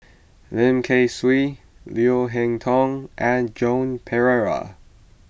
Lim Kay Siu Leo Hee Tong and Joan Pereira